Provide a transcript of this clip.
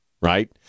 right